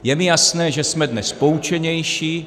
Je mi jasné, že jsme dnes poučenější.